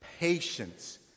Patience